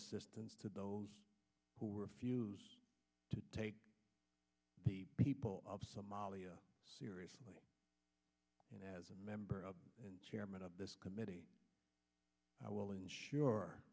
assistance to those who refuse to take the people of somalia seriously and as a member of the chairman of this committee i will ensure